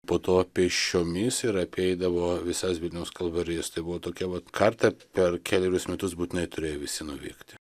po to pėsčiomis ir apeidavo visas vilniaus kalvarijas tai buvo tokia vat kartą per kelerius metus būtinai turėjo visi nuvykti